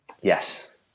Yes